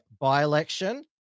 by-election